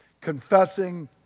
confessing